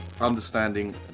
understanding